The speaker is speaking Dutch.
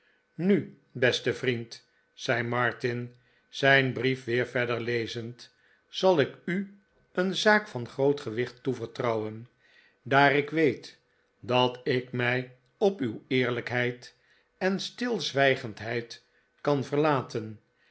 nu beste vriend zei martin zijn brief weer verder lezend zal ik u een zaak van groot gewicht toevertrouwen daar ik weet dat ik mij op uw eerlijkheid en stilzwijgendheid kan verlaten